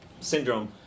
syndrome